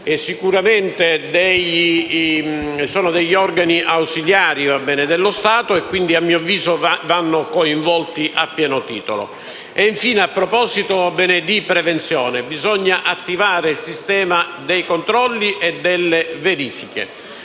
sicuramente organi ausiliari dello Stato che - a mio avviso - vanno quindi coinvolti a pieno titolo. Infine, a proposito di prevenzione, bisogna attivare il sistema dei controlli e delle verifiche.